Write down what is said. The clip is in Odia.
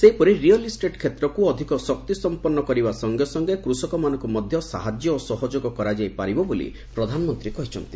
ସେହିପରି ରିୟଲ୍ ଇଷ୍ଟେଟ୍ କ୍ଷେତ୍ରକୁ ଅଧିକ ଶକ୍ତିସମ୍ପନ୍ନ କରିବା ସଙ୍ଗେ ସଙ୍ଗେ କୃଷକମାନଙ୍କୁ ମଧ୍ୟ ସାହାଯ୍ୟ ଓ ସହଯୋଗ କରାଯାଇପାରିବ ବୋଲି ପ୍ରଧାନମନ୍ତ୍ରୀ କହିଛନ୍ତି